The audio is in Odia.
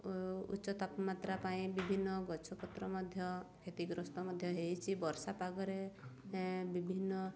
ଉଚ୍ଚ ତାପମାତ୍ରା ପାଇଁ ବିଭିନ୍ନ ଗଛପତ୍ର ମଧ୍ୟ କ୍ଷତିଗ୍ରସ୍ତ ମଧ୍ୟ ହୋଇଛି ବର୍ଷା ପାଗରେ ବିଭିନ୍ନ